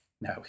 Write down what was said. No